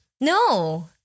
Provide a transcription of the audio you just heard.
no